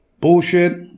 Bullshit